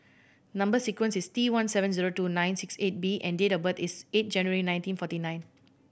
number sequence is T one seven zero two nine six eight B and date of birth is eight January nineteen forty nine